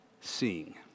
seeing